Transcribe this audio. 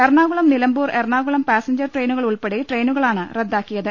A റണാകുളം Nilambur Ernakulam passenger ട്രെയിനുകൾ ഉൾപ്പെടെ ട്രെയിനുകളാണ് റദ്ദാക്കിയത്